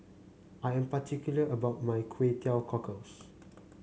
I am particular about my Kway Teow Cockles